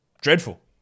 dreadful